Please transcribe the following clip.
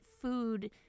food